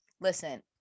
listen